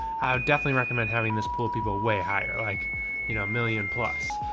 how definitely recommend having this pool. people away higher, like, you know, a million plus.